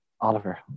Oliver